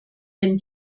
wenn